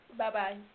Bye-bye